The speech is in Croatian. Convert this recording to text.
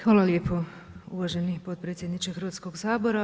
Hvala lijepo uvaženi potpredsjedniče Hrvatskog sabora.